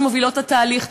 שמובילות את התהליך,